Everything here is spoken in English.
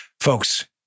Folks